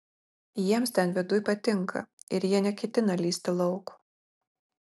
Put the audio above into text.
jiems ten viduj patinka ir jie neketina lįsti lauk